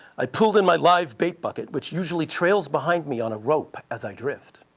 i pulled in my live bait bucket, which usually trails behind me on a rope as i drift,